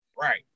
Right